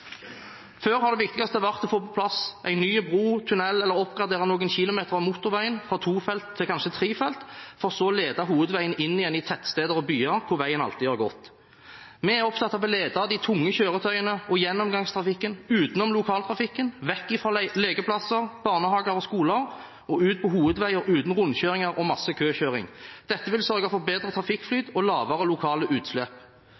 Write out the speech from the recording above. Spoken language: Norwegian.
Før har det viktigste vært å få på plass en ny bro eller tunnel eller å oppgradere noen kilometer av motorveien fra tofelts til kanskje trefelts, for så å lede hovedveien inn igjen i tettsteder og byer, hvor veien alltid har gått. Vi er opptatt av å lede de tunge kjøretøyene og gjennomgangstrafikken utenom lokaltrafikken, bort fra lekeplasser, barnehager og skoler, og ut på hovedveier uten rundkjøringer og masse køkjøring. Dette vil sørge for bedre trafikkflyt og lavere lokale utslipp.